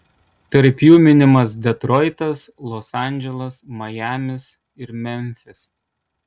tarp jų minimas detroitas los andželas majamis ir memfis